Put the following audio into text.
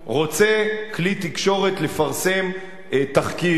רוצה כלי תקשורת לפרסם תחקיר,